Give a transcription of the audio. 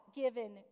given